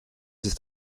ist